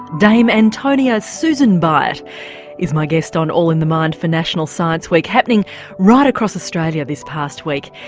dame antonia susan byatt is my guest on all in the mind for national science week, happening right across australia this past week.